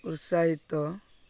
ଉତ୍ସାହିତ